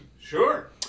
Sure